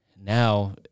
now